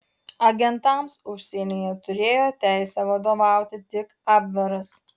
agentams užsienyje turėjo teisę vadovauti tik abveras